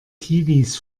kiwis